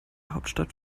hauptstadt